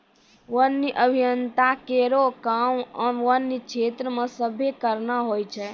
वन्य अभियंता केरो काम वन्य क्षेत्र म सर्वे करना होय छै